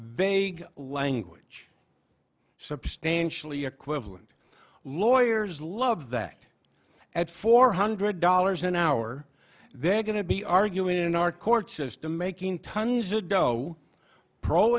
they language substantially equivalent lawyers love that at four hundred dollars an hour they're going to be arguing in our court system making tons of dough pro